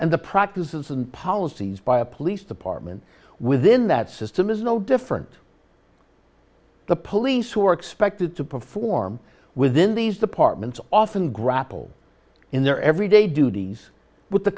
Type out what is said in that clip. and the practices and policies by a police department within that system is no different the police who are expected to perform within these departments often grapple in their everyday duties with the